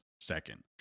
second